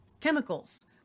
chemicals